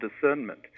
discernment